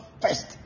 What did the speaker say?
first